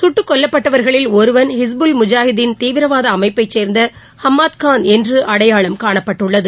சுட்டுக் கொல்லப்பட்டவர்களில் ஒருவன் ஹிஸ்புல் முஜாஹிதீன் தீவிரவாத அமைப்பைச் சேர்ந்த ஹம்மாத் கான் என்று அடையாளம் காணப்பட்டுள்ளது